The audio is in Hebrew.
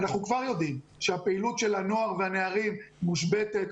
אנחנו כבר יודעים שהפעילות של הנוער והנערים מושבתת.